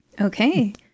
Okay